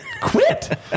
quit